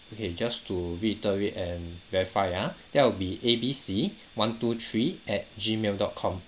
okay just to reiterate and verify ya that will be a b c one two three at gmail dot com